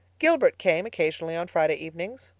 gilbert came occasionally on friday evenings.